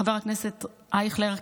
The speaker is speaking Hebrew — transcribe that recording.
חבר הכנסת אייכלר,